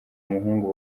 muhungu